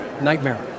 nightmare